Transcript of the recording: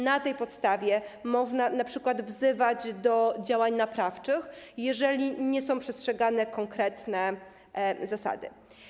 Na tej podstawie można np. wzywać do działań naprawczych, jeżeli nie są przestrzegane konkretne zasady.